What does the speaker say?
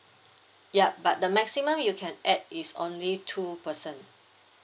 yup but the maximum you can add is only two person